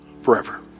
forever